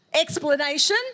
explanation